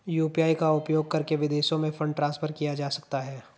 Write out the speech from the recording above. UPI का उपयोग करके विदेशों में फंड ट्रांसफर किया जा सकता है?